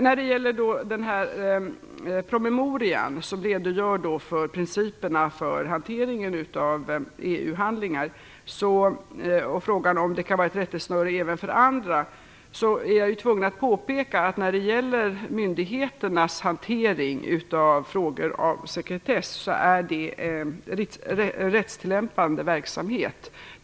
När det gäller promemorian om principerna för hanteringen av EU-handlingar - frågan gällde om det kan fungera som rättesnöre även för andra - är jag tvungen att påpeka att myndigheternas hantering av frågor av sekretess är rättstillämpande verksamhet.